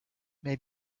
may